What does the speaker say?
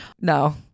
No